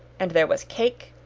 and there was cake,